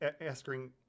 asking